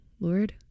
Lord